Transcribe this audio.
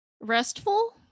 Restful